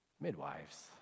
midwives